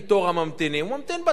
הוא ממתין בתור, במקביל